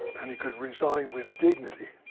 and he could resign with dignity.